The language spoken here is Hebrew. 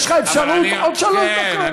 יש לך אפשרות לעוד שלוש דקות.